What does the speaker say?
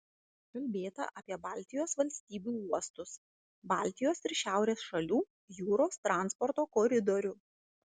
kalbėta apie baltijos valstybių uostus baltijos ir šiaurės šalių jūros transporto koridorių